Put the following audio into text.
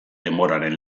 denboraren